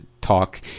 talk